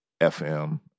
fm